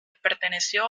perteneció